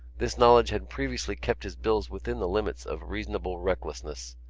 this knowledge had previously kept his bills within the limits of reasonable recklessness,